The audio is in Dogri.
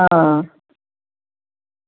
आं